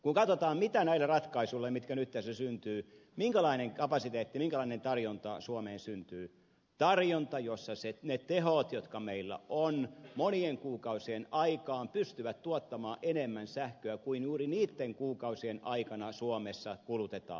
kun katsotaan näitä ratkaisuja mitkä nyt tässä syntyvät minkälainen kapasiteetti minkälainen tarjonta suomeen syntyy niin tarjonta jossa ovat ne tehot jotka meillä on pystyvät monien kuukausien aikaan tuottamaan enemmän sähköä kuin juuri niitten kuukausien aikana suomessa kulutetaan